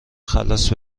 خلاص